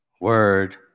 word